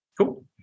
cool